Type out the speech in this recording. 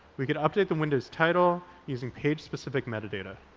we could update the window's title using page-specific metadata.